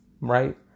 Right